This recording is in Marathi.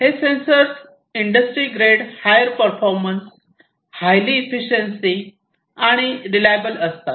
हे sensors industry grade higher performance higher efficiency आणि रिलायबल असतात